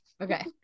Okay